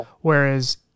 Whereas